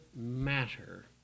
matter